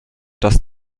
dass